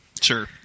Sure